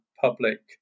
public